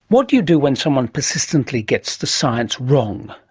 what do you do when someone persistently gets the science wrong,